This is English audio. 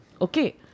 Okay